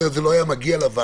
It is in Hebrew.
אחרת זה לא היה מגיע לוועדה.